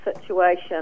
situation